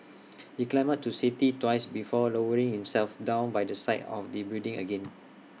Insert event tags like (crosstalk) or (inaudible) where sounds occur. (noise) he climbed up to safety twice before lowering himself down by the side of the building again